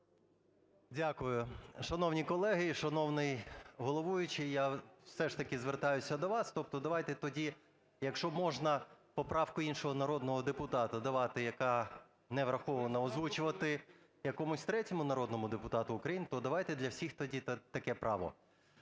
Дякую. Шановні колеги і шановний головуючий, я все ж таки звертаюся до вас, тобто давайте тоді, якщо можна, поправку іншого народного депутата давати, яка не врахована, озвучувати якомусь третьому народному депутату України, то давайте для всіх тоді таке право.